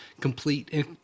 complete